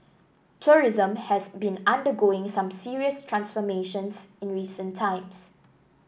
tourism has been undergoing some serious transformations in recent times